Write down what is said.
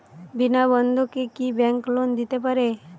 বিনা বন্ধকে কি bank loan দিতে পারে?